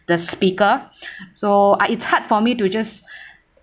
the speaker so uh it's hard for me to just